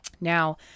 Now